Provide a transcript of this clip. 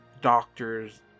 doctors